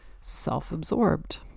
self-absorbed